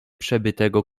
przebytego